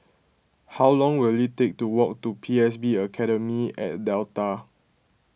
how long will it take to walk to P S B Academy at Delta